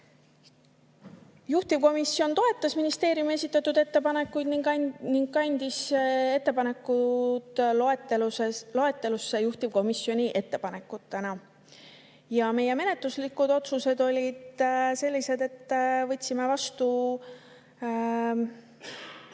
Juhtivkomisjon toetas ministeeriumi esitatud ettepanekuid ning kandis need loetelusse juhtivkomisjoni ettepanekutena. Meie menetluslikud otsused olid sellised, et võtsime vastu